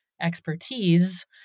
expertise